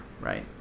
right